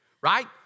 Right